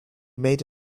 made